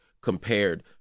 compared